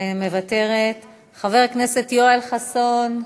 מוותרת, חבר הכנסת יואל חסון,